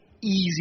easy